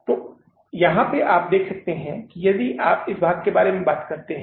तो यहाँ आप देख सकते हैं कि यदि आप इस भाग के बारे में बात करते हैं